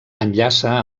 enllaça